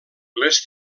les